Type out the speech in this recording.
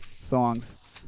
songs